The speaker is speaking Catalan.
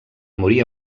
morir